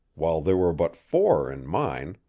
while there were but four in mine.